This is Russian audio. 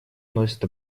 носят